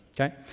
okay